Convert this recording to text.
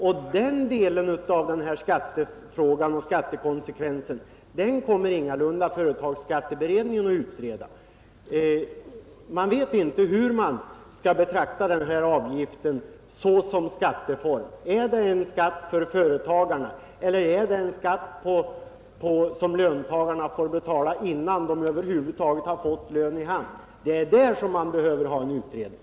Och den skattekonsekvensen kommer företagsbeskattningsutredningen ingalunda att utreda. Jag vet inte heller hur man skall betrakta denna avgift som skatteform. Är det en skatt för företagarna, eller är det en skatt som löntagarna får betala innan de över huvud taget har fått lönen i sin hand? Det är där vi behöver en utredning.